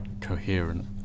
coherent